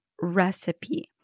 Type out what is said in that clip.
recipe